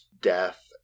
death